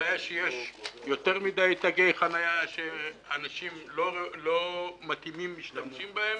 הבעיה היא שיש יותר מדי תגי חניה שאנשים לא מתאימים משתמשים בהם,